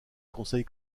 conseil